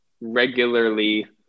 regularly